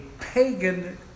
pagan